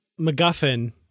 macguffin